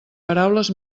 paraules